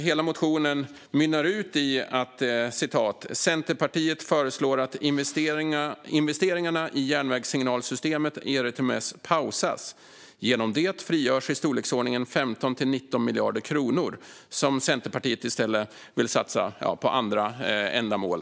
Hela motionen mynnar ut i att Centerpartiet "föreslår att investeringarna i järnvägssignalsystemet ERTMS pausas" och att "genom det frigörs i storleksordningen 15-19 miljarder kronor" som Centerpartiet i stället vill satsa på andra ändamål.